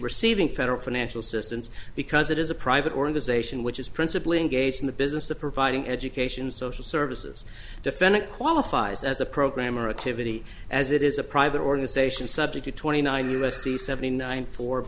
receiving federal financial systems because it is a private organization which is principally engaged in the business of providing education social services defend it qualifies as a programmer activity as it is a private organization subject to twenty nine u s c seventy nine four of